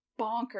bonkers